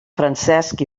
francesc